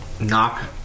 Knock